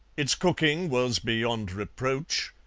its cooking was beyond reproach,